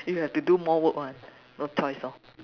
you have to do more work [one] no choice lor